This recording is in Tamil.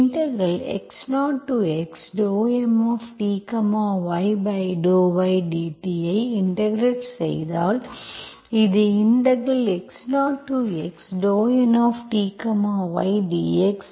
x0x∂Mty∂y dt ஐ இன்டெகிரெட் செய்தால் இது x0x∂Nty∂x dt